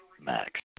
Max